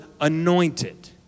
anointed